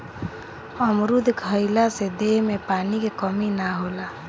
अमरुद खइला से देह में पानी के कमी ना होला